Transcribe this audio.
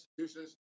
institutions